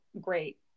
great